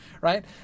right